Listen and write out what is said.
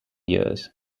years